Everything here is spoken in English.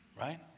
right